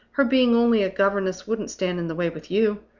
her being only a governess wouldn't stand in the way with you?